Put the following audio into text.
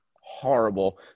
horrible